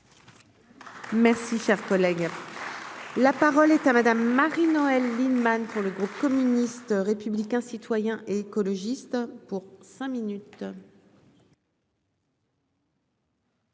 Merci, cher collègue, la parole est à Madame Marie-Noëlle Lienemann pour le groupe communiste. Républicain citoyen et écologiste pour cinq minutes.